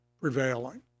prevailing